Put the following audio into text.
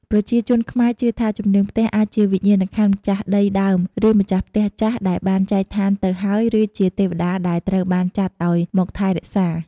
ប្រជាជនខ្មែរជឿថាជំនាងផ្ទះអាចជាវិញ្ញាណក្ខន្ធម្ចាស់ដីដើមឬម្ចាស់ផ្ទះចាស់ដែលបានចែកឋានទៅហើយឬជាទេវតាដែលត្រូវបានចាត់ឲ្យមកថែរក្សា។